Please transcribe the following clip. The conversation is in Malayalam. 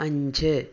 അഞ്ച്